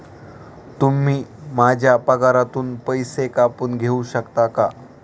तुम्ही माझ्या पगारातून पैसे कापून घेऊ शकता का?